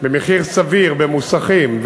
במחיר סביר במוסכים,